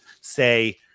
say